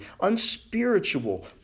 unspiritual